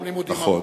נכון.